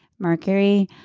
mercury,